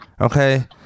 Okay